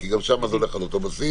כי גם שם זה הולך על אותו בסיס.